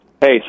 Hey